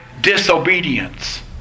disobedience